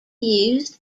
used